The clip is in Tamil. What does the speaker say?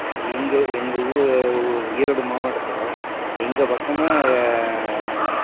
எங்கள் எங்கள் ஊ ஈரோடு மாவட்டத்தில் எங்கள் பக்கமாக